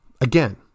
again